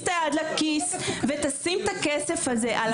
את היד לכיס ותשים את הכסף הזה על המטפלות?